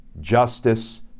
justice